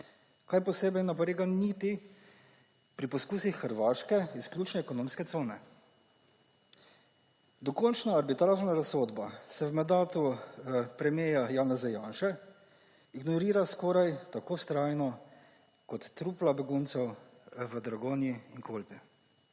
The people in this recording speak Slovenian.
kaj posebej ne oporeka niti pri poskusih hrvaške izključno ekonomske cone. Dokončna arbitražna razsodba se v mandatu premiera Janeza Janše ignorira skoraj tako vztrajno kot trupla beguncev v Dragonji in Kolpi.